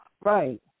Right